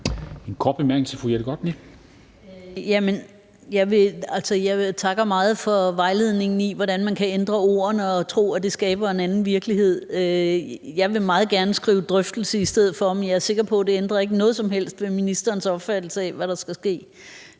jeg takker meget for vejledningen til, hvordan man kan ændre ordene og tro, at det skaber en anden virkelighed. Jeg vil meget gerne skrive »drøftelse« i stedet for, men jeg er sikker på, at det ikke ændrer noget som helst ved ministerens opfattelse af, hvad der skal ske.